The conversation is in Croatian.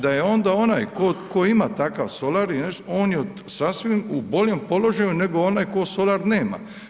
Da je onda onaj tko ima takav solar i nešto, on je sasvim u boljem položaju nego onaj koji solar nema.